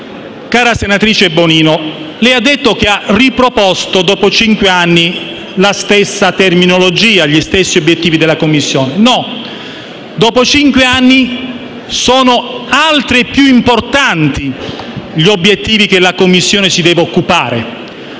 Cara senatrice Bonino, lei ha detto che ha riproposto dopo cinque anni la stessa terminologia e gli stessi obiettivi della Commissione. No: dopo cinque anni sono altri e più importanti gli obiettivi di cui la Commissione si deve occupare.